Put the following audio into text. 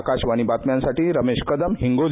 आकाशवाणी बातम्यांसाठी रमेश कदम हिंगोली